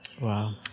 Wow